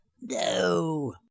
No